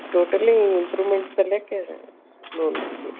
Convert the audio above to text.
totally improvement ಸಲೇಕೇ loan ಬೇಕಾಗಿತ್ತು ರೀ